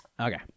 Okay